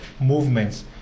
movements